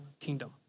kingdom